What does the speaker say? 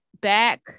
back